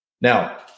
Now